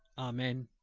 amen,